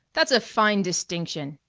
that's a fine distinction!